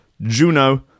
juno